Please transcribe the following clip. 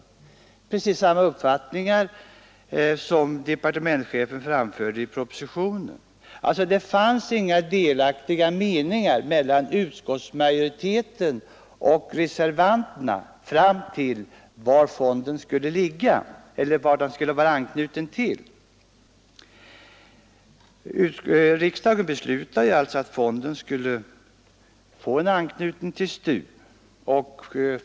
Det var precis samma uppfattningar som departementschefen framförde i propositionen. Det rådde alltså inga delade meningar mellan utskottsmajoriteten och reservanterna utom i fråga om var fonden skulle ligga eller till vilken institution den skulle knytas. Riksdagen beslutade att fonden skulle få en anknytning till STU.